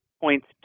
points